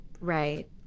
Right